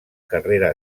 carrera